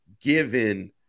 given